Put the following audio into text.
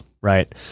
Right